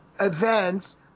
events